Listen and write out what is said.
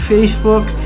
Facebook